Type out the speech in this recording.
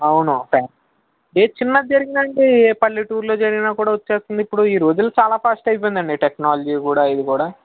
అవును ఏ చిన్నది జరిగినా అండి ఏ పల్లెటూరిలో జరిగినా కూడా వచ్చేస్తుంది ఇప్పుడు ఈ రోజులు చాలా ఫాస్ట్ అయిపోయిందండి టెక్నాలజీ కూడా ఇవి కూడా